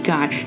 God